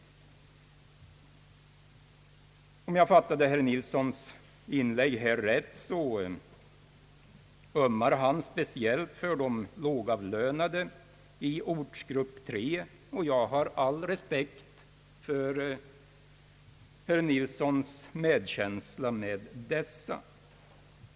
Om jag fattade herr Nilsson rätt ömmar han speciellt för de lågavlönade i ortsgrupp 3, och jag har all respekt för herr Nilssons medkänsla med dessa.